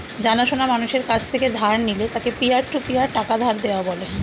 জানা সোনা মানুষের কাছ থেকে ধার নিলে তাকে পিয়ার টু পিয়ার টাকা ধার দেওয়া বলে